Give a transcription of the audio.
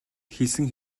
хэлсэн